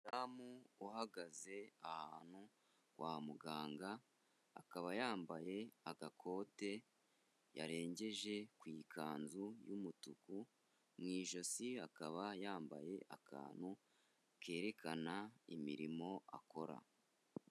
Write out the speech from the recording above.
Umudamu uhagaze ahantu kwa muganga, akaba yambaye agakote yarengeje ku ikanzu y'umutuku, mu ijosi akaba yambaye akantu kerekana imirimo akora.